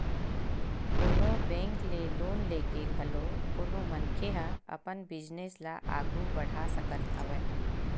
कोनो बेंक ले लोन लेके घलो कोनो मनखे ह अपन बिजनेस ल आघू बड़हा सकत हवय